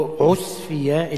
לא עוספיא.